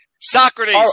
Socrates